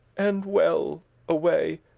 and well away!